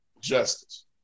Justice